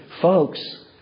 Folks